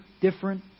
different